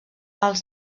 els